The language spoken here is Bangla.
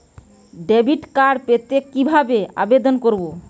ডেবিট কার্ড পেতে কিভাবে আবেদন করব?